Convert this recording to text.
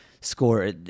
Score